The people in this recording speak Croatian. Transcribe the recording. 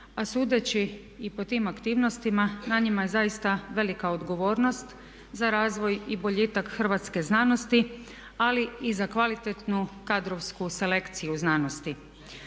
a sudeći i po tim aktivnostima na njima je zaista velika odgovornost za razvoj i boljitak hrvatske znanosti, ali i za kvalitetnu kadrovsku selekciju u znanosti.